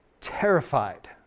terrified